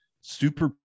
super